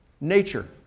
nature